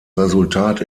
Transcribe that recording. resultat